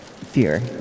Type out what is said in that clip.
fear